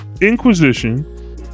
inquisition